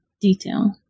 detail